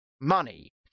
money